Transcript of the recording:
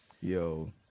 Yo